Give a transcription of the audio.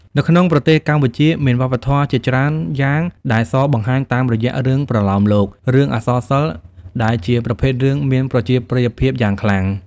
នៅក្នុងប្រទេសកម្ពុជាមានវប្បធម៌ជាច្រើនយ៉ាងដែលសបង្ហាញតាមរយះរឿងប្រលោមលោក រឿងអក្សរសិល្ប៍ ដែលជាប្រភេទរឿងមានប្រជាប្រិយភាពយ៉ាងខ្លាំង។